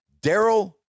Daryl